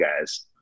guys